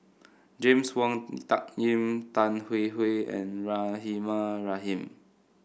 James Wong Tuck Yim Tan Hwee Hwee and Rahimah Rahim